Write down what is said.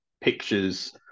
pictures